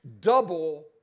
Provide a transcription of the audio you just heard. double